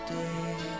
day